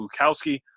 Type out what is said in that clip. Bukowski